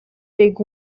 big